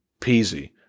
peasy